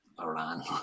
Iran